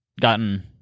gotten